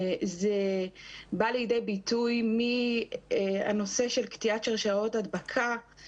זה בא לידי ביטוי מהנושא של קטיעת שרשראות ההדבקה,